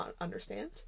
understand